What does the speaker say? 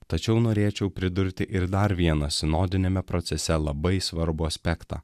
tačiau norėčiau pridurti ir dar vieną sinodiniame procese labai svarbų aspektą